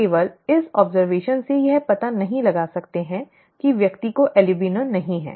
हम केवल इस ऑब्जरवेशन से यह पता नहीं लगा सकते हैं कि व्यक्ति को अल्बिनो नहीं है